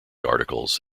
articles